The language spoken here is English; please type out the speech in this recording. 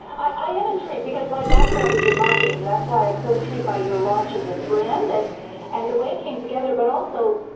i am intrigued because my background is in marketing. that's why i'm so intrigued by your launch of this brand and and the way it came together but also,